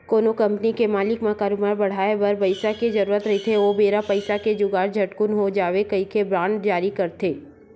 कोनो कंपनी के मालिक ल करोबार बड़हाय बर पइसा के जरुरत रहिथे ओ बेरा पइसा के जुगाड़ झटकून हो जावय कहिके बांड जारी करथे